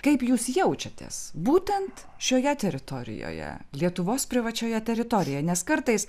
kaip jūs jaučiatės būtent šioje teritorijoje lietuvos privačioje teritorijoje nes kartais